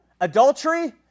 adultery